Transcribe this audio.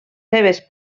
seves